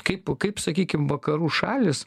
kaip kaip sakykim vakarų šalys